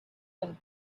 than